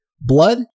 Blood